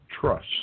trust